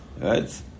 Right